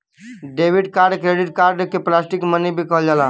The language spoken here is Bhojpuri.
डेबिट कार्ड क्रेडिट कार्ड के प्लास्टिक मनी भी कहल जाला